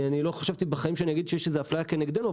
לא חשבתי בחיים שיש איזו אפליה נגדנו,